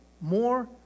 more